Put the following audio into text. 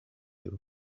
you